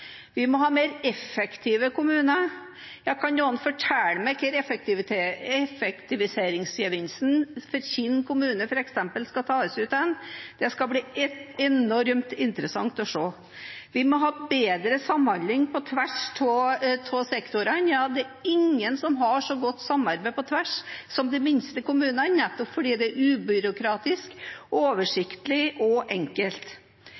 Vi må ha mer effektive kommuner, sies det. Kan noen fortelle meg hvor effektiviseringsgevinsten for f.eks. Kinn kommune skal tas ut? Det skal bli enormt interessant å se. Vi må ha bedre samhandling på tvers av sektorene, sies det. Ja, det er ingen som har et så godt samarbeid på tvers som de minste kommunene, nettopp fordi det er ubyråkratisk, oversiktlig og enkelt.